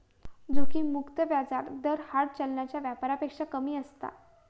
जोखिम मुक्त व्याज दर हार्ड चलनाच्या व्यापारापेक्षा कमी असता